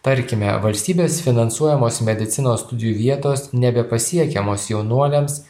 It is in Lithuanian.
tarkime valstybės finansuojamos medicinos studijų vietos nebepasiekiamos jaunuoliams